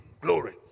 Glory